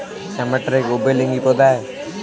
क्या मटर एक उभयलिंगी पौधा है?